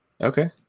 Okay